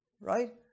right